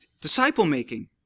Disciple-making